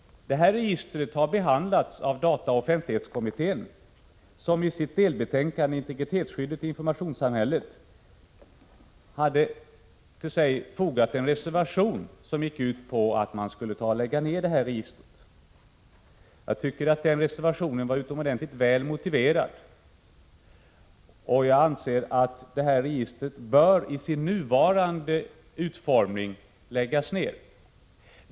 Registret har behandlats av dataoch offentlighetskommittén, som till sitt delbetänkande Integritetsskyddet och informationssamhället hade fogat en reservation, som gick ut på nedläggning av registret. Jag tycker att den reservationen var utomordentligt väl motiverad, och jag anser att registret i sin nuvarande utformning bör läggas ned.